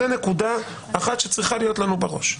זו נקודה אחת שצריכה להיות לנו בראש.